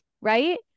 right